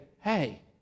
hey